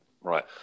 Right